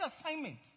assignment